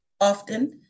often